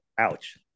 Ouch